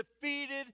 defeated